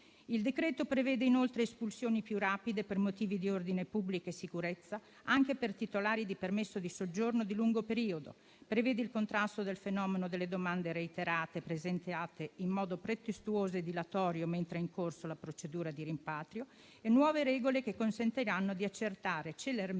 Il decreto prevede inoltre espulsioni più rapide per motivi di ordine pubblico e sicurezza anche per i titolari di permesso di soggiorno di lungo periodo; prevede il contrasto al fenomeno delle domande reiterate presentate in modo pretestuoso e dilatorio mentre è in corso la procedura di rimpatrio e nuove regole che consentiranno di accertare celermente